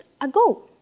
ago